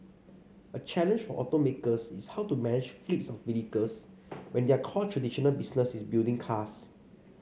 a challenge for automakers is how to manage fleets of vehicles when their core traditional business is building cars